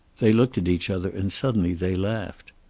they looked at each other, and suddenly they laughed.